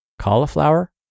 Cauliflower